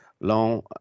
long